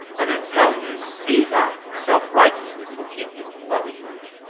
and until you see that, self-righteousness will keep you from loving much.